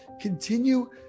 continue